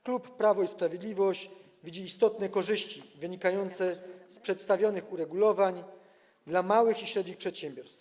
Klub Prawo i Sprawiedliwość widzi istotne korzyści wynikające z przedstawionych uregulowań dla małych i średnich przedsiębiorstw.